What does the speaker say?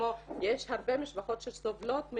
יש הרבה משפחות שסובלות,